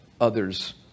others